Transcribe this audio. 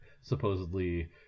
supposedly